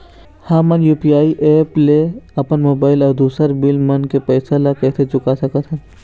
हमन UPI app ले अपन मोबाइल अऊ दूसर बिल मन के पैसा ला चुका सकथन